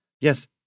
Yes